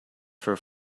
for